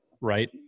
right